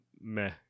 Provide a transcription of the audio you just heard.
meh